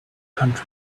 country